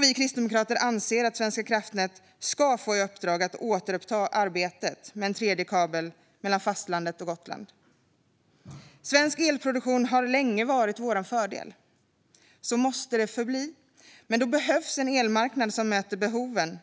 Vi kristdemokrater anser att Svenska kraftnät ska få i uppdrag att återuppta arbetet med en tredje kabel mellan fastlandet och Gotland. Svensk elproduktion har länge varit vår fördel. Så måste det förbli. Men då behövs en elmarknad som möter behoven: